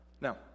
Now